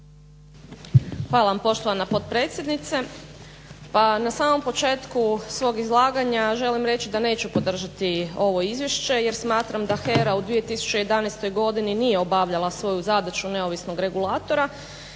Hvala vam poštovana potpredsjednice. Pa na samom početku svog izlaganja želim reći da neću podržati ovo izvješće, jer smatram da HERA u 2011. godini nije obavljala svoju zadaću neovisnog regulatora